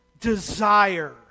desire